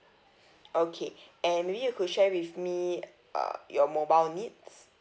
okay and maybe you could share with me uh your mobile needs